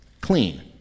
Clean